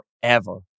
forever